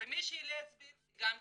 ומי שהיא לסבית גם לא,